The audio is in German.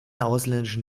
ausländischen